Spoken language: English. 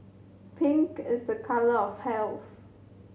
pink is a colour of health